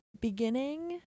beginning